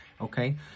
okay